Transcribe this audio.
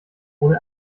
ohne